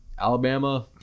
Alabama